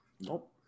Nope